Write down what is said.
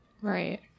Right